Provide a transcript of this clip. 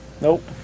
Nope